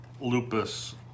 lupus